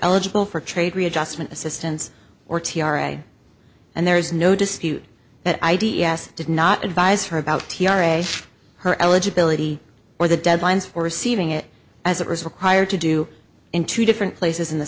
eligible for trade adjustment assistance or t r a and there is no dispute that i d s did not advise her about t r a her eligibility for the deadlines for receiving it as it was required to do in two different places in the